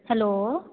hello